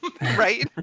Right